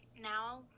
now